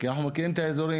כי אנחנו מכירים את האזורים,